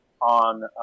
on